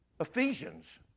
Ephesians